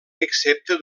excepte